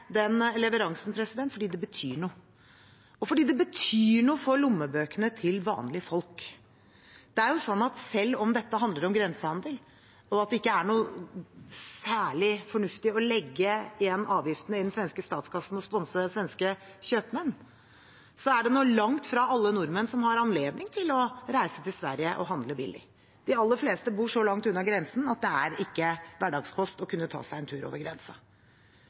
den leveransen, fordi det betyr noe, og fordi det betyr noe for lommebøkene til vanlige folk. Selv om dette handler om grensehandel og at det ikke er noen særlig fornuft i å legge igjen avgiftene i den svenske statskassen og sponse svenske kjøpmenn, er det nå langt fra alle nordmenn som har anledning til å reise til Sverige og handle billig. De aller fleste bor så langt unna grensen at det er ikke hverdagskost å kunne ta seg en tur over